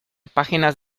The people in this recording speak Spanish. páginas